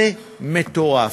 זה מטורף.